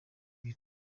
ibiri